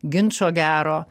ginčo gero